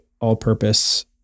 all-purpose